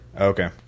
Okay